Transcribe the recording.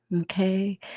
Okay